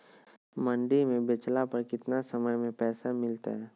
मंडी में बेचला पर कितना समय में पैसा मिलतैय?